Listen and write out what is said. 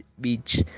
beach